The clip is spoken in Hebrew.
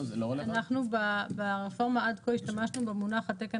אנחנו ברפורמה עד כה השתמשנו במונח "התקן